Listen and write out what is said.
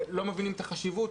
לא מבינים את החשיבות,